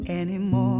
anymore